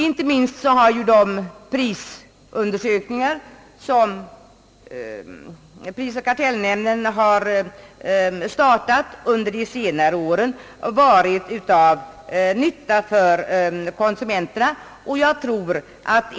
Inte minst har de prisundersökningar, som prisoch kartellnämnden startat under senare år, varit av nytta för konsumenterna.